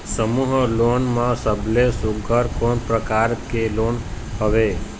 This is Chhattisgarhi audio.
समूह लोन मा सबले सुघ्घर कोन प्रकार के लोन हवेए?